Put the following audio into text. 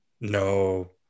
No